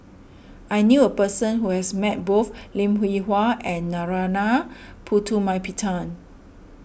I knew a person who has met both Lim Hwee Hua and Narana Putumaippittan